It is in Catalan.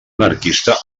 anarquista